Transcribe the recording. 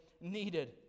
needed